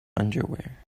underwear